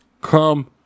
come